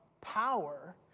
power